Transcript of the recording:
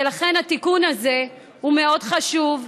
ולכן התיקון הזה מאוד חשוב.